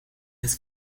his